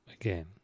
again